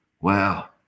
Wow